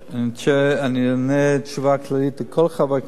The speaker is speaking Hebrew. אני אענה תשובה כללית לכל חברי הכנסת